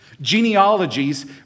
Genealogies